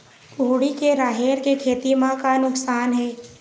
कुहड़ी के राहेर के खेती म का नुकसान हे?